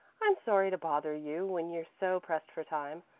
i'm sorry to bother you when you're so pressed for time,